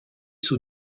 sous